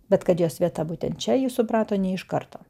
bet kad jos vieta būtent čia jis suprato ne iš karto